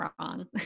wrong